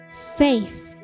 faith